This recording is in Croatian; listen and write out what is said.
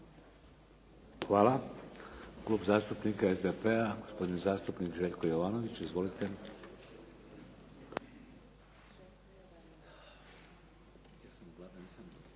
Hvala. Klub zastupnika SDP-a, gospodin zastupnik Željko Jovanović. Izvolite. **Jovanović, Željko (SDP)**